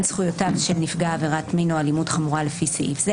זכויותיו של נפגע עבירת מין או אלימות חמורה לפי סעיף זה,